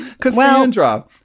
Cassandra